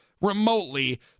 remotely